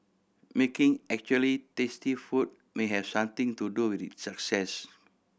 making actually tasty food may have something to do with its success